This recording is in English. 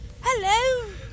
Hello